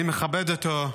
אני מכבד אותו,